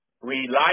reliable